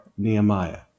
Nehemiah